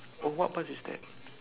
oh what bus is that